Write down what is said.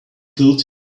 killed